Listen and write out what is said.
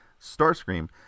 starscream